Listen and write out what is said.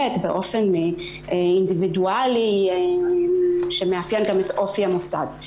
באופן אינדיבידואלי שמייצג גם את אופי המוסד.